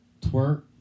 twerk